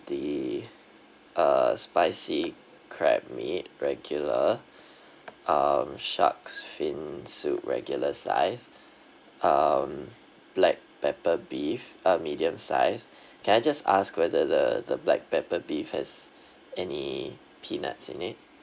the uh spicy crab meat regular um shark's fin soup regular size um black pepper beef uh medium size can I just ask whether the the black pepper beef has any peanuts in it